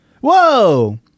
Whoa